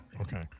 Okay